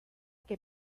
que